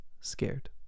scared